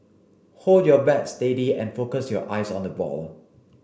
hold your bat steady and focus your eyes on the ball